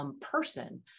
person